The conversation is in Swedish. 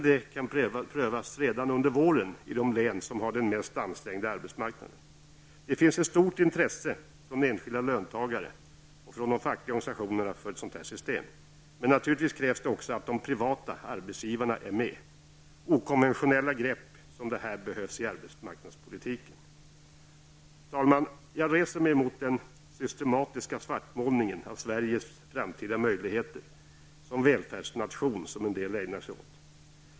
Det kanske kan prövas redan under våren i de län som har den mest ansträngda arbetsmarknaden. Det finns ett stort intresse bland enskilda löntagare och fackliga organisationer för ett sådant här system. Men naturligtvis krävs det också att de privata arbetsgivarna är med. Okonventionella grepp av det här slaget behövs i arbetsmarknadspolitiken. Fru talman! Jag reser mig mot den systematiska svartmålning av de framtida möjligheterna för Sverige som välfärdsnation som en del ägnar sig åt.